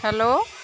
hello